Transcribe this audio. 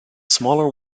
smaller